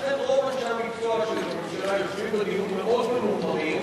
ולכן רוב אנשי המקצוע של הממשלה יושבים בדיון מאוד ממורמרים